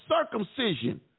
circumcision